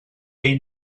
ell